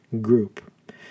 group